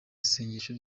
isengesho